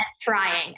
trying